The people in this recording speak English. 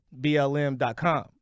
BLM.com